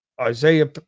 Isaiah